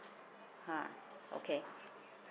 ha okay